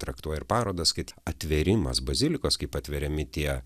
traktuoja ir parodas kad atvėrimas bazilikos kaip atveriami tie